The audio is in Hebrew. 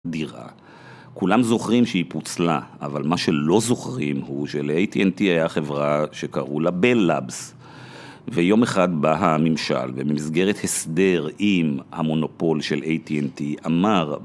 כולם זוכרים שהיא פוצלה, אבל מה שלא זוכרים הוא של-AT&T היתה חברה שקראו לה בל-לאבס ויום אחד בא הממשל במסגרת הסדר עם המונופול של AT&T אמר